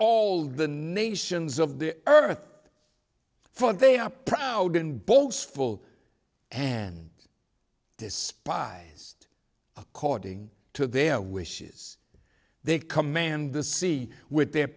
all the nations of the earth for they are proud and boastful and despise according to their wishes they command the sea with their